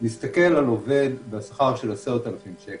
נסתכל על עובד בשכר של 10,000 שקל,